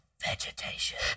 vegetation